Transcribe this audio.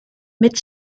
mit